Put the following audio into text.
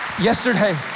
yesterday